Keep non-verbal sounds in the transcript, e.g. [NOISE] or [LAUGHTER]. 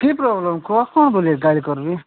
କି ପ୍ରୋବ୍ଲେମ୍ [UNINTELLIGIBLE] ବୋଲି ଗାଡ଼ି କରିବି